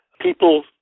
People